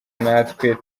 natwe